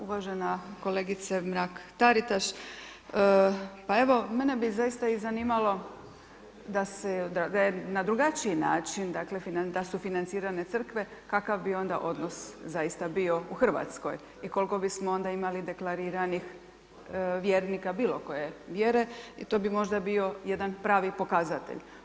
Uvažena kolegice Mrak Taritaš, pa evo, mene bi zaista i zanimalo da je na drugačiji način, dakle, da su financirane Crkve, kakav bi onda odnos zaista bio u RH i koliko bismo onda imali deklariranih vjernika bilo koje vjere i to bi možda bio jedan pravi pokazatelj.